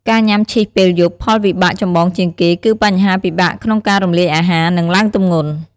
ការញុំាឈីសពេលយប់ផលវិបាកចម្បងជាងគេ គឺបញ្ហាពិបាកក្នុងការរំលាយអាហារ និងឡើងទម្ងន់។